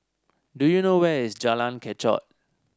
do you know where is Jalan Kechot